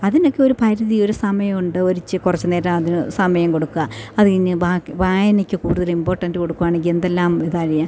അതിനൊക്കെ ഒ പരിധി ഒരു സമയമുണ്ട് ഒരിച്ചിരി കുറച്ചു നേരം അതു സമയം കൊടുക്കാൻ അതു കഴിഞ്ഞു ബാക്കി വായനക്ക് കൂടുതൽ ഇമ്പോട്ടൻറ്റ് കൊടുക്കാണെങ്കെന്തെല്ലാം ഇതറിയാം